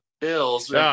Bills